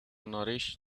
nourish